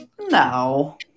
No